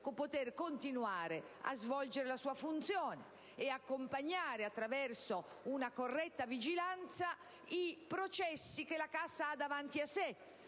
poter continuare a svolgere la sua funzione e accompagnare, attraverso una corretta vigilanza, i processi che la Cassa ha davanti a sé,